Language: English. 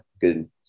good